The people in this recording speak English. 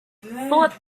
thought